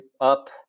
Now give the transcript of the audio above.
up